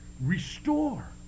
restore